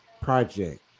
project